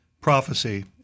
prophecy